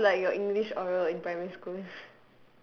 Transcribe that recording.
how was like your english oral in primary school